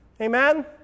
Amen